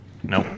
Nope